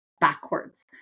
backwards